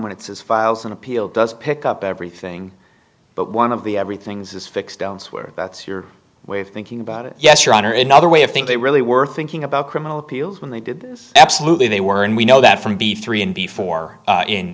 when it says files on appeal does pick up everything but one of the everything's is fixed don't swear that's your way of thinking about it yes your honor another way of think they really were thinking about criminal appeals when they did absolutely they were and we know that from b three and before